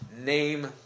name